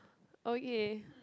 oh yay